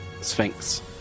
sphinx